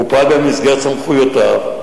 הוא פעל במסגרת סמכויותיו,